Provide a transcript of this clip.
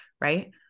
right